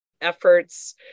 efforts